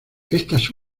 estas